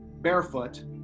barefoot